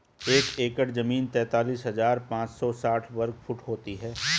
एक एकड़ जमीन तैंतालीस हजार पांच सौ साठ वर्ग फुट होती है